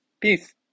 Peace